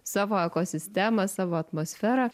savo ekosistemą savo atmosferą